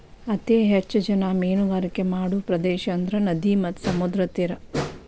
ಅತೇ ಹೆಚ್ಚ ಜನಾ ಮೇನುಗಾರಿಕೆ ಮಾಡು ಪ್ರದೇಶಾ ಅಂದ್ರ ನದಿ ಮತ್ತ ಸಮುದ್ರದ ತೇರಾ